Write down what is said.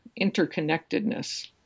interconnectedness